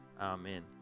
amen